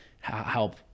Help